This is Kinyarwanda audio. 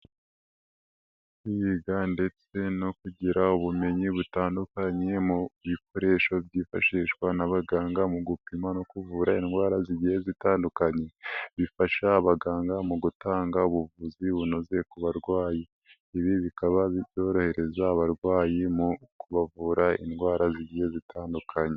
Kwiga ndetse no kugira ubumenyi butandukanye mu bikoresho byifashishwa n'abaganga mu gupima no kuvura indwara zigiye zitandukanye, bifasha abaganga mu gutanga ubuvuzi bunoze ku barwayi, ibi bikaba byorohereza abarwayi mu kubavura indwara zigiye zitandukanye.